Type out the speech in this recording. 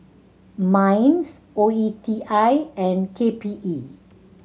MINDS O E T I and K P E